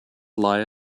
lie